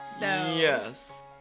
Yes